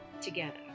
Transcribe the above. together